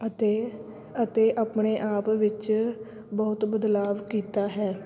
ਅਤੇ ਅਤੇ ਆਪਣੇ ਆਪ ਵਿੱਚ ਬਹੁਤ ਬਦਲਾਵ ਕੀਤਾ ਹੈ